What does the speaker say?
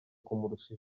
kumurusha